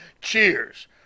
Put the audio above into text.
Cheers